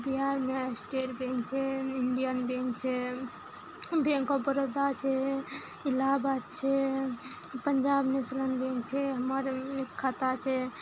बिहारमे state bank छै Indian bank छै बैंक ऑफ बड़ौदा छै इलाहाबाद छै पंजाब नेशनल बैंक छै हमर खाता छै